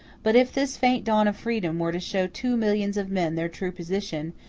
but if this faint dawn of freedom were to show two millions of men their true position,